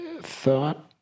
thought